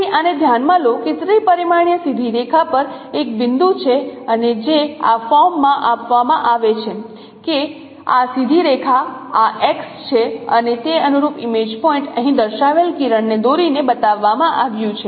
તેથી આને ધ્યાનમાં લો કે ત્રિ પરિમાણીય સીધી રેખા પર એક બિંદુ છે અને જે આ ફોર્મમાં આપવામાં આવે છે કે આ સીધી રેખા આ X છે અને તે અનુરૂપ ઇમેજ પોઇન્ટ અહીં દર્શાવેલ કિરણને દોરીને બતાવવામાં આવ્યું છે